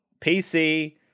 PC